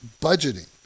budgeting